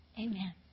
Amen